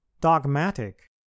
dogmatic